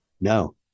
No